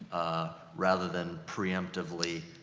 ah, rather than preemptively,